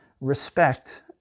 respect